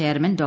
chairman Dr